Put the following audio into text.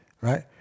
right